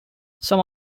some